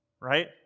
Right